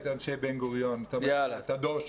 את אנשי בן גוריון ואת הדור שלו.